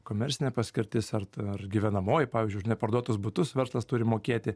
komercinė paskirtis ar ar gyvenamoji pavyzdžiui už neparduotus butus verslas turi mokėti